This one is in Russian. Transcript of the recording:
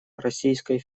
российской